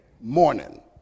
morning